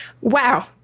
Wow